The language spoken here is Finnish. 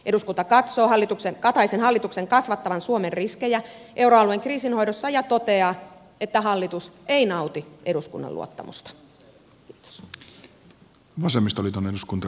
eduskunta katsoo kataisen hallituksen kasvattavan suomen riskejä euroalueen kriisinhoidossa ja toteaa että hallitus ei nauti eduskunnan luottamusta